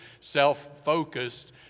self-focused